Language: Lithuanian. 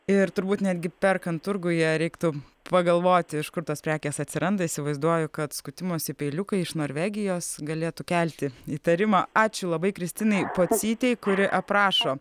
ir turbūt netgi perkant turguje reiktų pagalvoti iš kur tos prekės atsiranda įsivaizduoju kad skutimosi peiliukai iš norvegijos galėtų kelti įtarimą ačiū labai kristinai pocytei kuri aprašo